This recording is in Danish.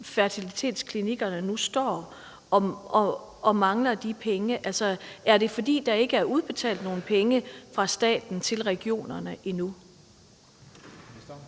fertilitetsklinikkerne nu står og mangler de penge. Altså, er det, fordi der ikke er udbetalt nogen penge fra staten til regionerne endnu?